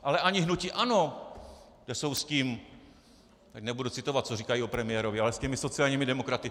Ale ani hnutí ANO, kde jsou s tím nebudu citovat, co říkají o premiérovi ale s těmi sociálními demokraty.